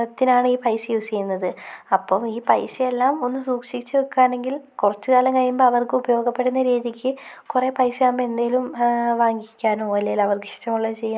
അതിനാണ് ഈ പൈസ യൂസ് ചെയ്യുന്നത് അപ്പം ഈ പൈസയെല്ലാം ഒന്ന് സൂക്ഷിച്ച് വെക്കാണെങ്കിൽ കുറച്ച് കാലം കഴിയുമ്പോൾ അവർക്കുപയോഗപെടുന്ന രീതിക്ക് കുറെ പൈസയാവുമ്പോൾ എന്തേലും വാങ്ങിക്കാനോ അല്ലേൽ അവർക്ക് ഇഷ്ടമുള്ളത് ചെയ്യാനോ